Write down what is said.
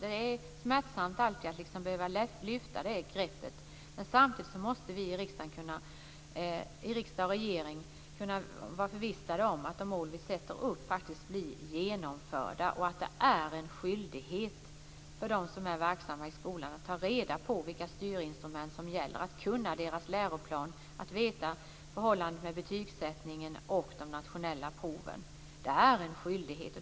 Det är alltid smärtsamt att behöva använda det greppet, men samtidigt måste vi i riksdag och regering kunna vara förvissade om att de mål vi sätter upp blir genomförda. Det är en skyldighet för dem som är verksamma i skolan att ta reda på vilka styrmedel som gäller, att kunna läroplanen och veta förhållandena med betygssättningen och de nationella proven. Det är en skyldighet.